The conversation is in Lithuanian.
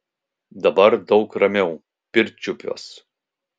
dabar daug ramiau pirčiupiuos